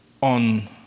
on